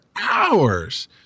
Hours